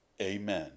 Amen